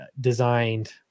designed